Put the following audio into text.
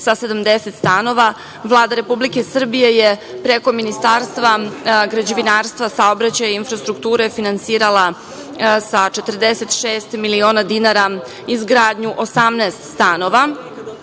sa 70 stanova. Vlada Republike Srbije je preko Ministarstva građevinarstva, saobraćaja i infrastrukture finansirala sa 46 miliona dinara izgradnju 18 stanova